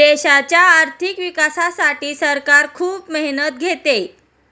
देशाच्या आर्थिक विकासासाठी सरकार खूप मेहनत घेते